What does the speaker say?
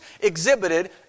exhibited